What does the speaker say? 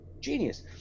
genius